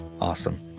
Awesome